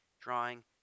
drawing